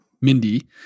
mindy